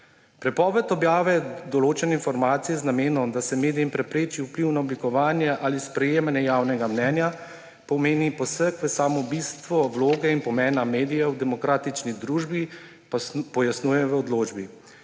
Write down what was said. »Prepoved objave določene informacije z namenom, da se medijem prepreči vpliv na oblikovanje ali sprejemanje javnega mnenja, pomeni poseg v samo bistvo vloge in pomena medijev v demokratični družbi,« pojasnjuje v odločbi.